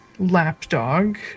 lapdog